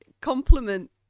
compliment